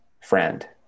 friend